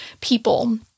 people